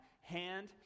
hand